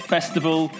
Festival